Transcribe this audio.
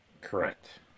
Correct